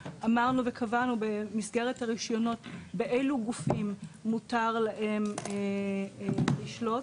אמרנו וקבענו במסגרת הרישיונות באילו גופים מותר להם לשלוט.